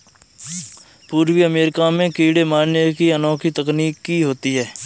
पूर्वी अमेरिका में कीड़े मारने की अनोखी तकनीक होती है